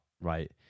right